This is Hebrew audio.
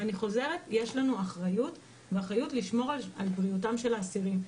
ואני חוזרת יש לנו אחריות לשמור על בריאותם של האסירים.